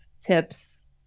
tips